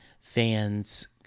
fans